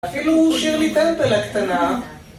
אפילו שירלי טמפל הקטנה